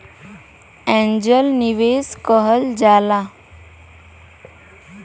angel निवेस कहल जाला